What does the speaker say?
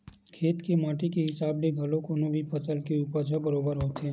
खेत के माटी के हिसाब ले घलो कोनो भी फसल के उपज ह बरोबर होथे